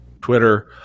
Twitter